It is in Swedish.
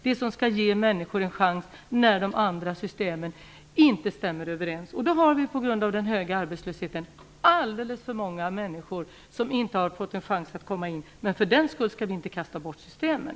Det som skall ge människor en chans när de andra systemen inte stämmer. På grund av den höga arbetslösheten är det alldeles för många människor som inte fått en chans att komma in. Vi skall för den skull inte kasta bort systemen.